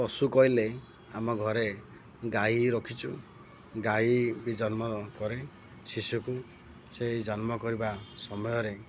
ପଶୁ କହିଲେ ଆମ ଘରେ ଗାଈ ରଖିଛୁ ଗାଈ ବି ଜନ୍ମ କରେ ଶିଶୁକୁ ସେଇ ଜନ୍ମ କରିବା ସମୟରେ